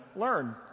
learn